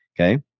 okay